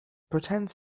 pretends